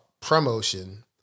promotion